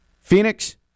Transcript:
Phoenix